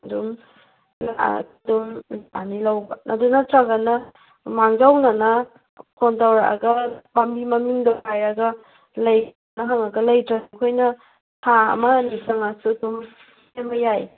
ꯑꯗꯨꯝ ꯑꯗꯨꯝ ꯃꯄꯥꯟꯗꯩ ꯂꯧꯕ ꯑꯗꯨ ꯅꯠꯇ꯭ꯔꯒꯅ ꯃꯥꯡꯖꯧꯅꯅ ꯐꯣꯟ ꯇꯧꯔꯛꯂꯒ ꯄꯥꯝꯕꯤ ꯃꯃꯤꯡꯗꯨ ꯍꯥꯏꯔꯒ ꯂꯩꯕ꯭ꯔꯥ ꯍꯪꯂꯒ ꯂꯩꯇ꯭ꯔꯁꯨ ꯑꯩꯈꯣꯏꯅ ꯊꯥ ꯑꯃ ꯑꯅꯤ ꯆꯪꯂꯁꯨ ꯑꯗꯨꯝ ꯁꯦꯝꯕ ꯌꯥꯏ